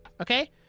okay